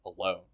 alone